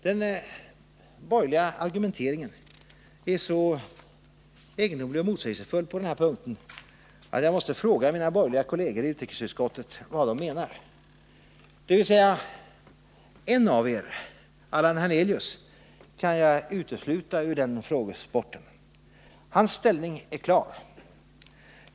Den borgerliga argumenteringen är så egendomlig och motsägelsefull på den här punkten att jag måste fråga mina borgerliga kolleger i utrikesutskottet vad de menar — dvs. en aver, Allan Hernelius, kan jag utesluta ur den frågesporten. Hans ställning är klar.